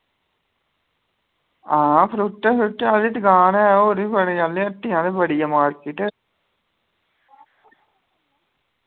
हां फ्रूटे शरूटे आह्ली दुकान ऐ और बी बड़े आह्ले हट्टियां बी बड़ी ऐ मार्किट